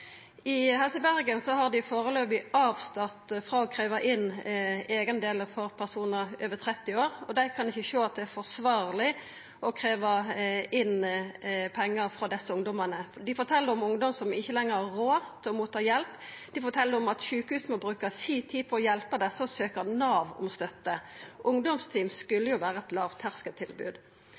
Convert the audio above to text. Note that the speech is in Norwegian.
I Helse Bergen har dei foreløpig avstått frå å krevja inn eigendelar frå personar under 30 år, og dei kan ikkje sjå at det er forsvarleg å krevja inn pengar frå desse ungdomane. Dei fortel om ungdom som ikkje lenger har råd til å ta imot hjelp, dei fortel om at sjukehus må bruka si tid på å hjelpa desse med å søkja Nav om støtte. Ungdomsteam skulle jo vera eit